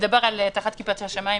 נדבר על תחת כיפת השמיים,